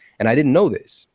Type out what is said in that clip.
and i didn't know this,